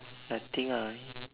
nothing ah